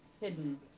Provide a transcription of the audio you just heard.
hidden